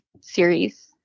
series